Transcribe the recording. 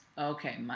Okay